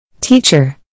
Teacher